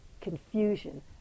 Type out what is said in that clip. confusion